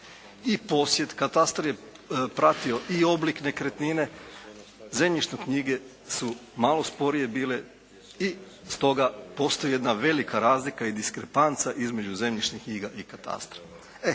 i posjed. Katastar je pratio i oblik nekretnine. Zemljišne knjige su malo sporije bile i stoga postoji jedna velika razlika i diskrepanca između zemljišnih knjiga i katastra.